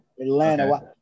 Atlanta